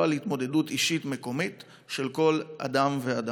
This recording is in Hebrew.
על התמודדות אישית מקומית של כל אדם ואדם.